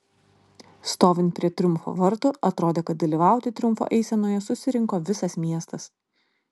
stovint prie triumfo vartų atrodė kad dalyvauti triumfo eisenoje susirinko visas miestas